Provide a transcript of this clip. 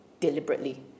Deliberately